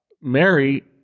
Mary